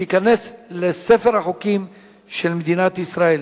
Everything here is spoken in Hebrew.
ותיכנס לספר החוקים של מדינת ישראל.